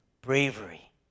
bravery